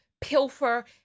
pilfer